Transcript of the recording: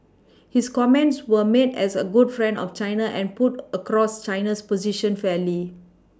his comments were made as a good friend of China and put across China's position fairly